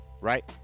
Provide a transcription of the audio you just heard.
Right